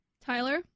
Tyler